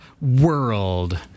world